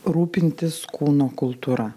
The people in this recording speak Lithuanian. rūpintis kūno kultūra